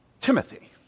Timothy